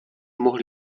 mohli